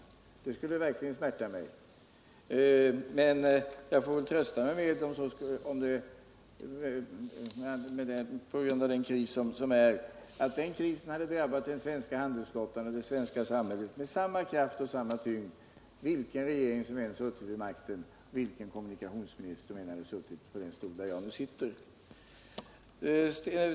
Men när det gäller den kris som f. n. råder får jag väl trösta mig med att den krisen hade drabbat den svenska handelsflottan och det svenska samhället med samma kraft och med samma tyngd vilken regering som än suttit vid makten och vilken - Nr 157 kommunikationsminister som än suttit på den stol där jug nu sitter.